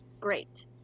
great